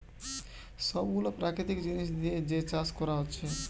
সব গুলা প্রাকৃতিক জিনিস দিয়ে যে চাষ কোরা হচ্ছে